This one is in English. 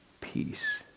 peace